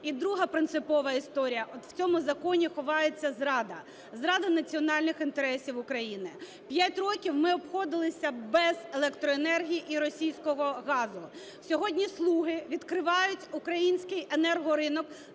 І друга принципова історія. От в цьому законі ховається зрада - зрада національних інтересів України. 5 років ми обходилися без електроенергії і російського газу. Сьогодні "слуги" відкривають український енергоринок